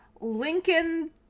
Lincoln